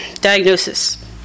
diagnosis